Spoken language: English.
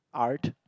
art